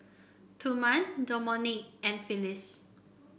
Thurman Domonique and Phyllis